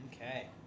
Okay